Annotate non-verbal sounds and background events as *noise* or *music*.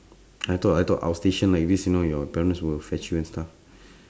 I thought I thought outstation like this you know your parents will fetch you and stuff *breath*